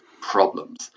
problems